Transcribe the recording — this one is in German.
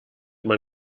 man